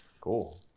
cool